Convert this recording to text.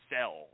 sell